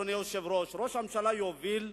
אדוני היושב-ראש, שראש הממשלה יוביל,